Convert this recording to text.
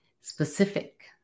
specific